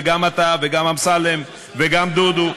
וגם אתה וגם אמסלם וגם דודו,